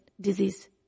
disease